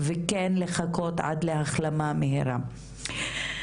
וכן לחכות עד להחלמה מהירה.